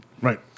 Right